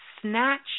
snatch